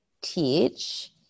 teach